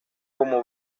como